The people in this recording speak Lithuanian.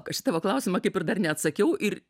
aš į tavo klausimą kaip ir dar neatsakiau ir